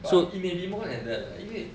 but it may be more than that leh 因为